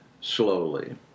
slowly